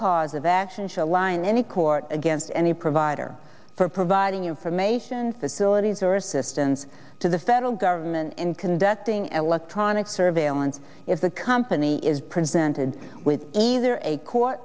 cause of action shall lie in any court against any provider for providing information facilities or assistance to the federal government in conducting an electronic surveillance if the company is presented with either a court